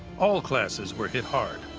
all classes were hit hard.